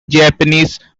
japanese